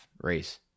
race